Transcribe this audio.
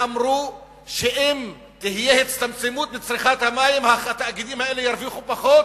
ואמרו שאם תהיה הצטמצמות בצריכת המים התאגידים האלה ירוויחו פחות,